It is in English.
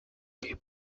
given